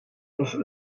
was